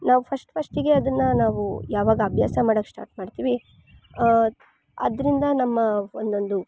ನಾವು ಫಸ್ಟ್ ಫಸ್ಟ್ಗೆ ಅದನ್ನು ನಾವು ಯಾವಾಗ ಅಭ್ಯಾಸ ಮಾಡೋಕ್ಕೆ ಸ್ಟಾರ್ಟ್ ಮಾಡ್ತೀವಿ ಅದರಿಂದ ನಮ್ಮ ಒಂದೊಂದು